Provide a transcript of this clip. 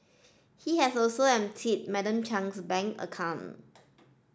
he had also emptied Madam Chung's bank account